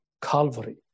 Calvary